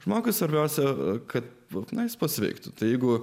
žmogui svarbiausia kad galutinai pasveiktų tai jeigu